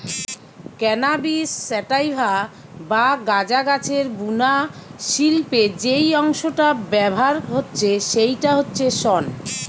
cannabis sativa বা গাঁজা গাছের বুনা শিল্পে যেই অংশটা ব্যাভার হচ্ছে সেইটা হচ্ছে শন